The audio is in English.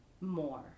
more